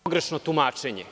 Pogrešno tumačenje.